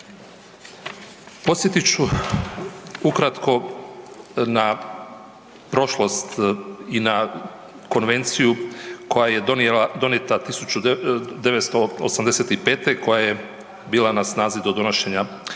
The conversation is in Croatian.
Podsjetit ću ukratko na prošlost i na Konvenciju koja je donijeta 1985. koja je bila na snazi do donošenje ove